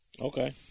Okay